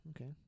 Okay